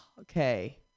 Okay